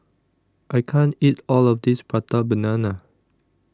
I can't eat All of This Prata Banana